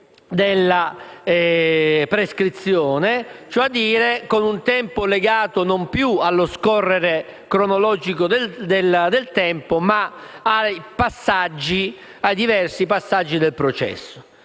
della prescrizione, cioè non più legato allo scorrere cronologico del tempo, ma ai diversi passaggi del processo.